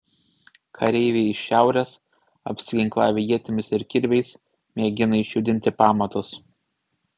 kareiviai iš šiaurės apsiginklavę ietimis ir kirviais mėgina išjudinti pamatus